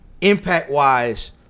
impact-wise